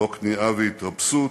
לא כניעה והתרפסות,